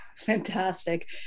fantastic